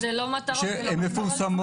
זה לא מטרות פלורליסטיות.